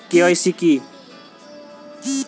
KYC কি?